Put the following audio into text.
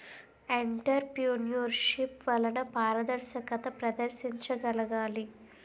entrepreneurship వలన పారదర్శకత ప్రదర్శించగలగాలి